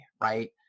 right